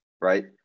right